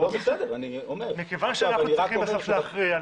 מכיוון שאנחנו צריכים להכריע,